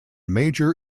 major